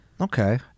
Okay